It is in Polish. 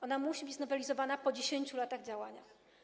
Ona musi być znowelizowana po 10 latach działania.